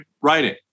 writing